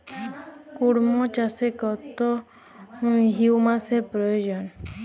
কুড়মো চাষে কত হিউমাসের প্রয়োজন?